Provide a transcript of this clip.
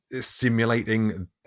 simulating